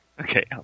Okay